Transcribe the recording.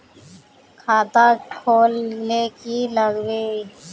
खाता खोल ले की लागबे?